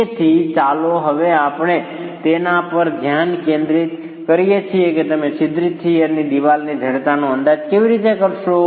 તેથી ચાલો હવે આપણે તેના પર ધ્યાન કેન્દ્રિત કરીએ કે તમે છિદ્રિત શીયર દિવાલની જડતાનો અંદાજ કેવી રીતે કરશો